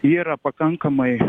yra pakankamai